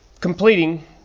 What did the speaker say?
completing